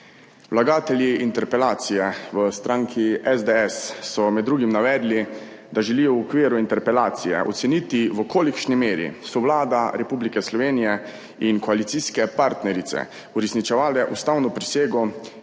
Vlagatelji interpelacije v stranki SDS so med drugim navedli, da želijo v okviru interpelacije oceniti, v kolikšni meri so Vlada Republike Slovenije in koalicijske partnerice uresničevale ustavno prisego,